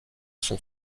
sont